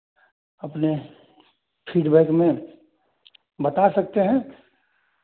अपने फीडबैक में बता सकते हैं